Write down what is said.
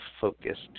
focused